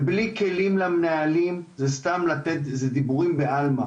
ובלי כלים למנהלים זה סתם לתת, זה דיבורים בעלמא.